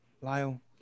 Lyle